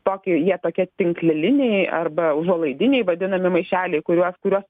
tokį jie tokie tinkleliniai arba užuolaidiniai vadinami maišeliai kuriuos kuriuos